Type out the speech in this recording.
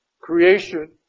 creation